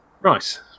right